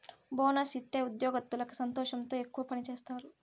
bonus ఇత్తే ఉద్యోగత్తులకి సంతోషంతో ఎక్కువ పని సేత్తారు